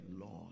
lord